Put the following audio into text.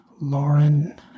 Lauren